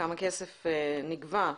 כמה כסף נגבה.